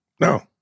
No